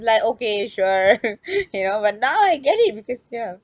like okay sure you know but now I get it because ya